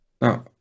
No